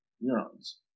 neurons